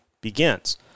begins